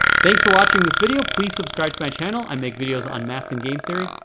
thanks for watching this video please subscribe to my channel i make videos on math and game theory.